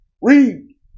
Read